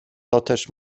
toteż